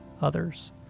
others